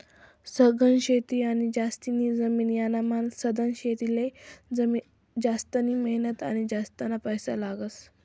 सघन शेती आणि जास्तीनी जमीन यानामान सधन शेतीले जास्तिनी मेहनत आणि जास्तीना पैसा लागस